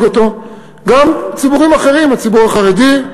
וגם לציבורים אחרים: הציבור החרדי,